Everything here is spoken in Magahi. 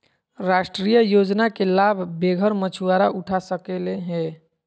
राष्ट्रीय योजना के लाभ बेघर मछुवारा उठा सकले हें